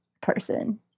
person